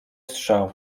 strzał